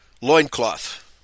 loincloth